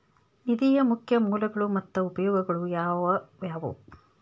ನಿಧಿಯ ಮುಖ್ಯ ಮೂಲಗಳು ಮತ್ತ ಉಪಯೋಗಗಳು ಯಾವವ್ಯಾವು?